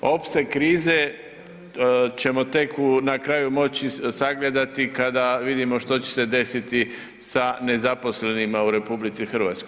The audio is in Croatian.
Opseg krize ćemo tek na kraju moći sagledati kada vidimo što će se desiti sa nezaposlenima u RH.